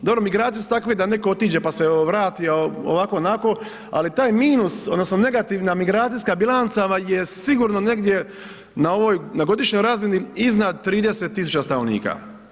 Dobro migracije su takve da netko otiđe pa se vrati, ovako onako, ali taj minus odnosno negativna migracijska bilanca vam je sigurno negdje na ovoj na godišnjoj razini iznad 30.000 stanovnika.